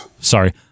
Sorry